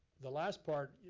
the last part,